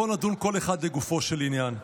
בואו נדון בכל אחד לגופו של עניין.